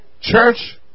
Church